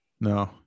No